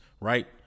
Right